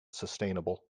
sustainable